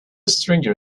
stranger